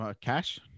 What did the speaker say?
Cash